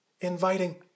inviting